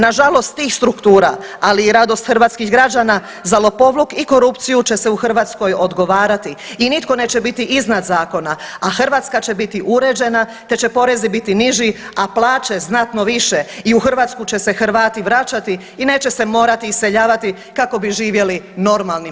Nažalost tih struktura ali i radost hrvatskih građana za lopovluk i korupciju će se u Hrvatskoj odgovarati i nitko neće biti iznad zakona a Hrvatska će biti uređena te će porezi biti niži a plaće znatno više i u Hrvatsku će se Hrvati vraćati i neće se morati iseljavati kako bi živjeli normalnim